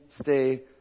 stay